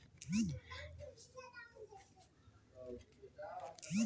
HDFC bank के नांव home loan के लेवब म काहेच नांव हवय